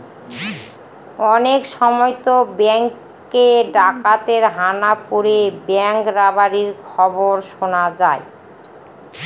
অনেক সময়তো ব্যাঙ্কে ডাকাতের হানা পড়ে ব্যাঙ্ক রবারির খবর শোনা যায়